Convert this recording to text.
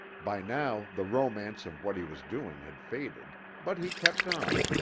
by now the romance of what he was doing had faded, but he kept on,